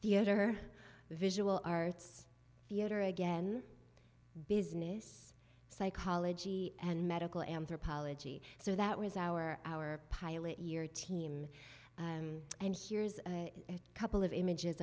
theater visual arts theatre again business psychology and medical anthropology so that was our our pilot year team and here is a couple of images